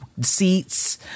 seats